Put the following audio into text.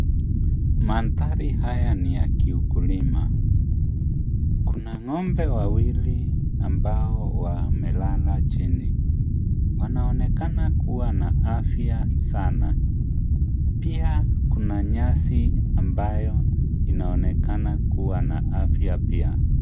Manthari haya ni ya kiukulima. Kuna ngombe wawili ambao wamelala chini. Wanaonekana kuwa na afya sana. Pia kuna nyasi ambayo inaonekana kuwa na afya pia.